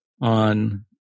on